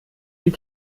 die